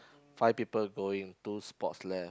five people going two spots left